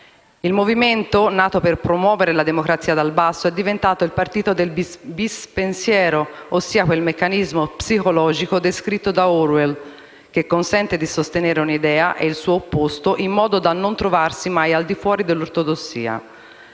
Il Movimento, nato per promuovere la democrazia dal basso, è diventato il partito del bispensiero, ossia di quel meccanismo psicologico, descritto da Orwell, che consente di sostenere un'idea e il suo opposto, in modo da non trovarsi mai al di fuori dell'ortodossia.